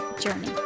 journey